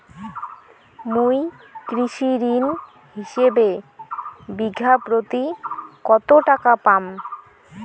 মুই কৃষি ঋণ হিসাবে বিঘা প্রতি কতো টাকা পাম?